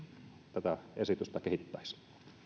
tätä esitystä kehittäisi